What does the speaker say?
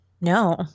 No